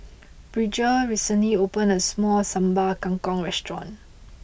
Bridger recently opened a new Sambal Kangkong restaurant